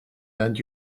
land